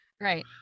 Right